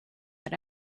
had